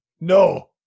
No